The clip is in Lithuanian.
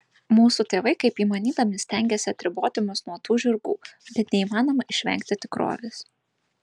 mūsų tėvai kaip įmanydami stengėsi atriboti mus nuo tų žirgų bet neįmanoma išvengti tikrovės